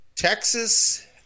Texas